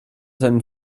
seinen